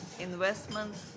investments